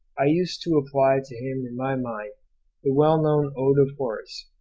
i used to apply to him in my mind the well-known ode of horace,